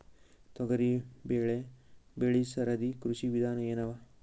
ತೊಗರಿಬೇಳೆ ಬೆಳಿ ಸರದಿ ಕೃಷಿ ವಿಧಾನ ಎನವ?